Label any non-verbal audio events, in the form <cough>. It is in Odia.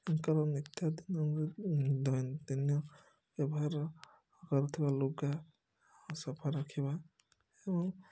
ଏଙ୍କର ନିତ୍ୟ ଦିନ <unintelligible> ଦୈନନ୍ଦିନ ବ୍ୟବହାର କରୁଥିବା ଲୁଗା ସଫା ରଖିବା ଏମିତି